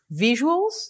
visuals